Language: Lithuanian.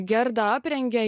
gerda aprengia